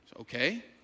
Okay